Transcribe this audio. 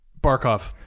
Barkov